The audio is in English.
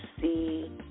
see